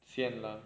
sian lah